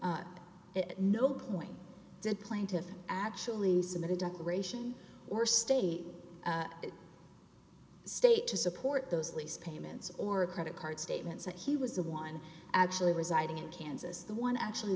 at no point did plaintiff actually submitted declaration or state state to support those lease payments or credit card statements that he was the one actually residing in kansas the one actually